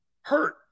Hurt